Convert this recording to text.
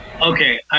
okay